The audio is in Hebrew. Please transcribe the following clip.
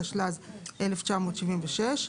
התשל"ז-1976,